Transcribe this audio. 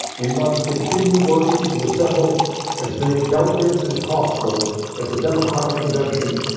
we must continue working to assemble as many delegates as possible at the democratic convention,